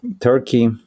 Turkey